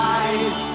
eyes